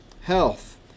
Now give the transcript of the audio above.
health